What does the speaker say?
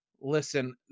Listen